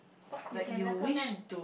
what you can recommend